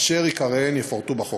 אשר עיקריהם יפורטו בחוק.